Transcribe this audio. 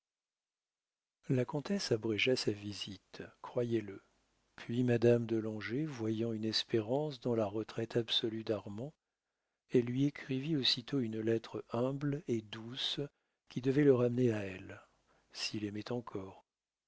la comtesse abrégea sa visite croyez-le puis madame de langeais voyant une espérance dans la retraite absolue d'armand elle lui écrivit aussitôt une lettre humble et douce qui devait le ramener à elle s'il aimait encore